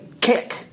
Kick